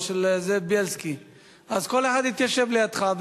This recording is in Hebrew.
בוא לידי ותענה